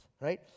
right